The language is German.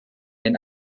den